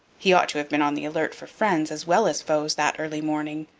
he ought to have been on the alert for friends as well as foes that early morning,